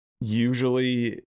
usually